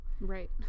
right